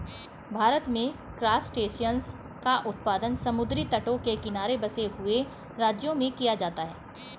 भारत में क्रासटेशियंस का उत्पादन समुद्री तटों के किनारे बसे हुए राज्यों में किया जाता है